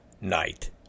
night